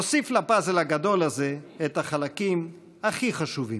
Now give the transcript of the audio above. נוסיף לפאזל הגדול הזה את החלקים הכי חשובים.